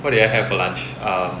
what did I have for lunch um